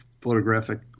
photographic